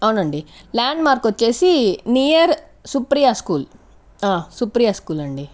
అవునండి landmark వచ్చేసి near Supriya school Supriya school అండి